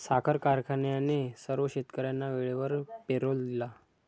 साखर कारखान्याने सर्व शेतकर्यांना वेळेवर पेरोल दिला